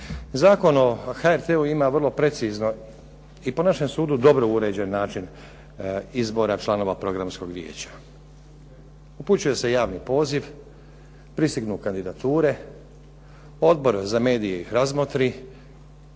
Zakon o HRT-u ima vrlo precizno i po našem sudu dobro uređen način izbora članova Programskog vijeća. Upućuje se javni poziv, pristignu kandidature, Odbor za medije ih razmotri,